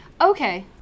Okay